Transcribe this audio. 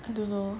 I don't know